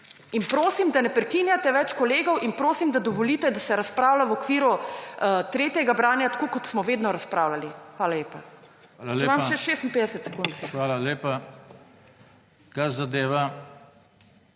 In prosim, da ne prekinjate več kolegov in prosim, da dovolite, da se razpravlja v okviru tretjega branja tako kot smo vedno razpravljali. Hvala lepa. Imam še 56 sekund. **PREDSEDNIK JOŽE TANKO:** Hvala lepa. Kar zadeva